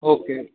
okay